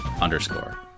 underscore